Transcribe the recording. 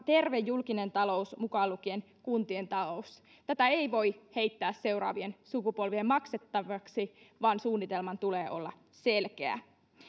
terve julkinen talous mukaan lukien kuntien talous tätä ei voi heittää seuraavien sukupolvien maksettavaksi vaan suunnitelman tulee olla selkeä